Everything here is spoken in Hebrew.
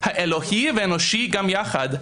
האלוהי והאנושי גם יחד,